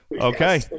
Okay